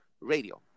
radio